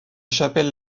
chapelles